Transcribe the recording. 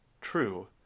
true